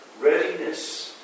readiness